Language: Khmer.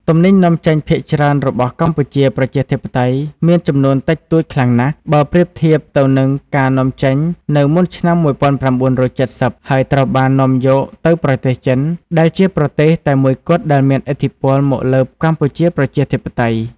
ទំនិញនាំចេញភាគច្រើនរបស់កម្ពុជាប្រជាធិបតេយ្យមានចំនួនតិចតួចខ្លាំងណាស់ បើប្រៀបធៀបទៅនឹងការនាំ ចេញនៅមុនឆ្នាំ១៩៧០ ហើយត្រូវបាននាំយកទៅប្រទេសចិន ដែលជាប្រទេសតែមួយគត់ដែលមានឥទ្ធិពលមកលើកម្ពុជាប្រជាធិបតេយ្យ។